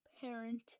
parent